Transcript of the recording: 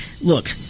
look